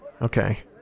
Okay